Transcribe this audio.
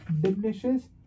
diminishes